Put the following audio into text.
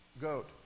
goat